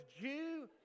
Jew